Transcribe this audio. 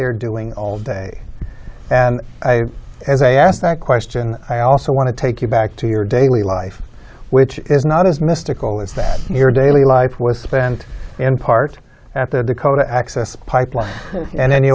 they're doing all day and as i asked that question i also want to take you back to your daily life which is not as mystical is that your daily life was spent in part at the dakota access pipeline and then you